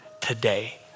today